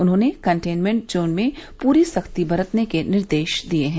उन्होंने containment zone में पूरी सख्ती बरतने के निर्देश दिए हैं